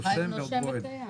נושם ועוד בועט.